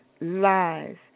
Lies